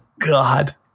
God